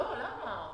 למה?